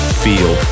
feel